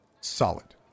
solid